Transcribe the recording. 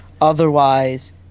Otherwise